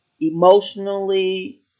emotionally